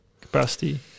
capacity